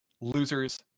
losers